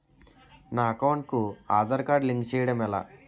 నా అకౌంట్ కు Aadhaar card link చేయడం ఎలా?